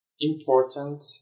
important